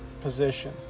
position